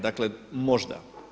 Dakle, možda.